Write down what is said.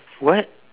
what